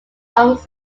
onyx